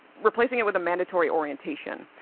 replacing it with a mandatory orientation.